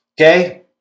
Okay